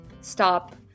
stop